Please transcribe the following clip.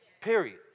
Period